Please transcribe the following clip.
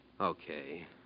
Okay